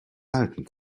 halten